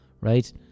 ...right